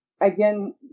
Again